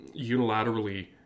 unilaterally